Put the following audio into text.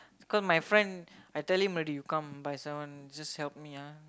cause my friend when I tell you when you come by someone just help me ah